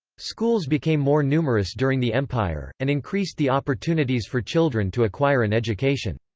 schools became more numerous during the empire, and increased the opportunities for children to acquire an education.